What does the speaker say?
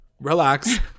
Relax